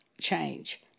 change